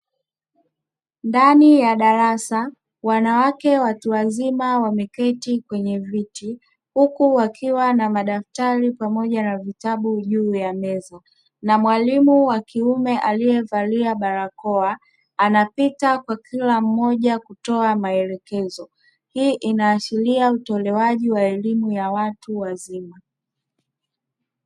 Ndani ya darasa, wanawake watu wazima wameketi kwenye viti huku wakiwa na madaftari pamoja na vitabu juu ya meza, na mwalimu wa kiume aliyevalia barakoa anapita kwa kila mmoja kutoa maelekezo. Hii inaashiria utolewaji wa elimu ya watu wazima.